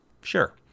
Sure